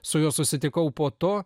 su juo susitikau po to